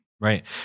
Right